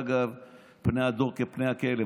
פני הדור כפני הכלב,